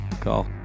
call